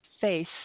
face